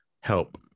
help